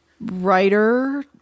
writer